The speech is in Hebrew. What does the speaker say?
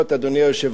אדוני היושב-ראש,